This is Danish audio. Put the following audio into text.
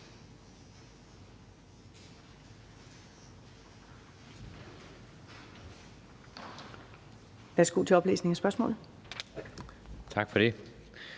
Værsgo til oplæsning af spørgsmålet.